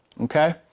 Okay